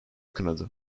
kınadı